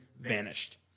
vanished